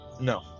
No